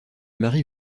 mari